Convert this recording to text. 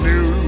New